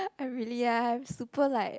I really ya I'm super like